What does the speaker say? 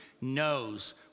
knows